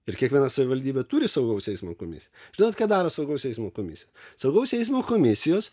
ir kiekviena savivaldybė turi saugaus eismo komisiją žinot ką daro saugaus eismo komisija saugaus eismo komisijos